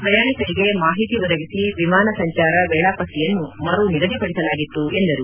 ಪ್ರಯಾಣಿಕರಿಗೆ ಮಾಹಿತಿ ಒದಗಿಸಿ ವಿಮಾನ ಸಂಚಾರ ವೇಳಾಪಟ್ಟಿಯನ್ನು ಮರು ನಿಗದಿಪಡಿಸಲಾಗಿತ್ತು ಎಂದರು